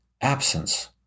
absence